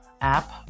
app